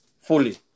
fully